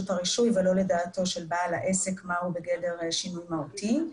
הרישוי ולא לדעתו של בעל העסק מה הוא בגדר שינוי מהותי.